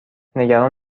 نگران